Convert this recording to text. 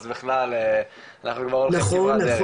אז אנחנו כבר הולכים כברת דרך.